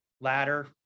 ladder